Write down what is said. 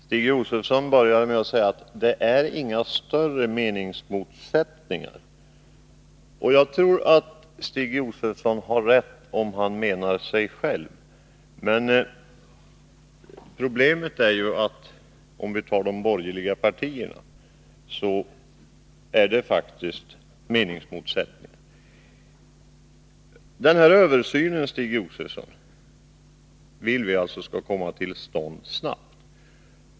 Herr talman! Stig Josefson började med att säga att det inte är några större meningsmotsättningar. Jag tror att Stig Josefson har rätt om han menar sig själv, men problemet är ju att det faktiskt förekommer meningsmotsättningar i förhållande till de borgerliga partierna. Den här översynen, Stig Josefson, vill vi skall komma till stånd snart.